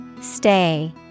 Stay